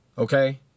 Okay